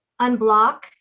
unblock